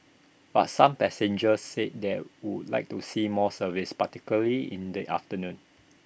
but some passengers said they would like to see more services particularly in the afternoon